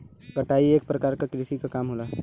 कटाई एक परकार क कृषि क काम होला